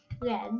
red